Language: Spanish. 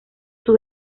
sus